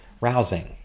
rousing